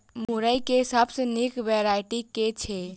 मुरई केँ सबसँ निक वैरायटी केँ छै?